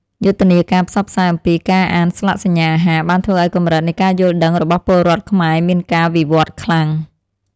យុទ្ធនាការផ្សព្វផ្សាយអំពីការអានស្លាកសញ្ញាអាហារបានធ្វើឱ្យកម្រិតនៃការយល់ដឹងរបស់ពលរដ្ឋខ្មែរមានការវិវត្តខ្លាំង។